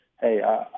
Hey